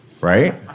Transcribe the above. right